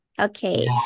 okay